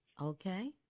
Okay